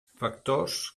factors